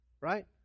Right